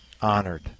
honored